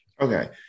Okay